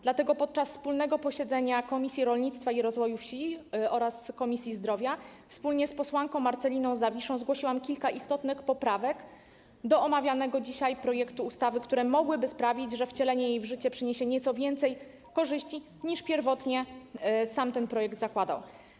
Dlatego podczas wspólnego posiedzenia Komisji Rolnictwa i Rozwoju Wsi oraz Komisji Zdrowia wspólnie z posłanką Marceliną Zawiszą zgłosiłam kilka istotnych poprawek do omawianego dzisiaj projektu ustawy, które mogłyby sprawić, że wcielenie jej w życie przyniesie nieco więcej korzyści, niż pierwotnie sam ten projekt zakładał.